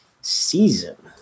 season